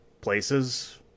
places